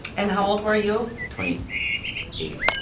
and how old were you? twenty eight.